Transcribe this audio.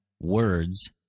words